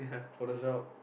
for the shop